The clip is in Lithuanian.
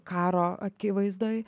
karo akivaizdoj